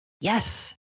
Yes